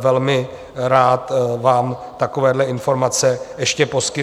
velmi rád vám takovéhle informace ještě poskytnu.